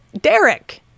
Derek